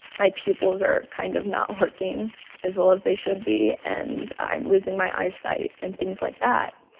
my pupils are kind of not working as well as they should be, and i'm losing my eyesight and things like that.